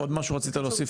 ברור, עוד משהו רצית להוסיף?